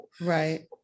right